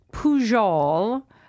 Pujol